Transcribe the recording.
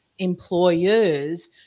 employers